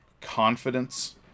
confidence